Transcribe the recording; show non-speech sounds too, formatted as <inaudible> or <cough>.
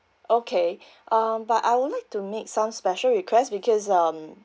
okay <breath> um but I would like to make some special request because um